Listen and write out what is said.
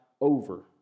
over